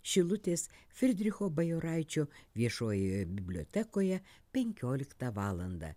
šilutės fridricho bajoraičio viešojoje bibliotekoje penkioliktą valandą